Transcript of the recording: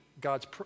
God's